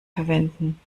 verwenden